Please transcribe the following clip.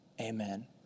Amen